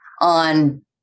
on